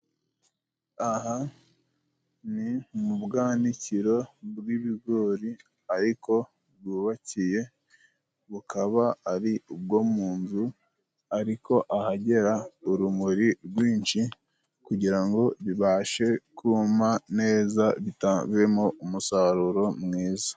Aha ni mu bwanikiro bw'ibigori ariko bwubakiye bukaba ari ubwo mu nzu ariko ahagera urumuri rwinshi kugira ngo bibashe kuma neza bitavemo umusaruro mwiza.